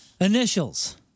Initials